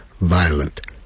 violent